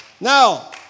Now